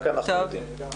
רק אנחנו יודעים.